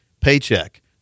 paycheck